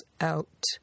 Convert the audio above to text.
out